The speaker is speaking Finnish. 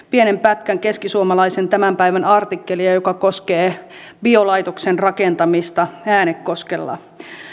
pienen pätkän keskisuomalaisen tämän päivän artikkelia joka koskee biolaitoksen rakentamista äänekoskella